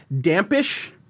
Dampish